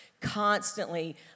constantly